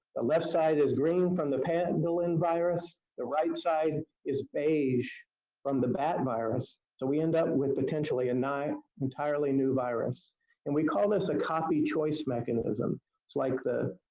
the left side is green from the pendolin virus the right side is beige from the bat virus. so we end up with potentially and an entirely new virus and we call this a copy-choice mechanism. it's like the